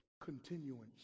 Continuance